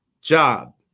Job